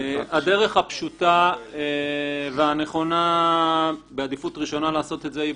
הדרך הפשוטה והנכונה בעדיפות ראשונה לעשות את זה היא,